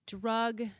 drug